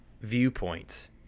viewpoints